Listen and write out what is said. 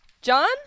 John